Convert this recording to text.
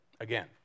again